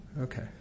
Okay